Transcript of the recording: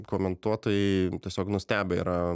komentuotojai tiesiog nustebę yra